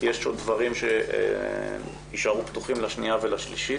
כי יש עוד דברים שיישארו פתוחים לקריאה שנייה ושלישית.